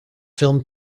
film